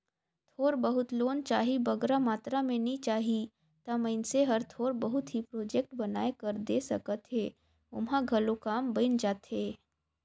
थोर बहुत लोन चाही बगरा मातरा में नी चाही ता मइनसे हर थोर बहुत ही प्रोजेक्ट बनाए कर दे सकत हे ओम्हां घलो काम बइन जाथे